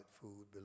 food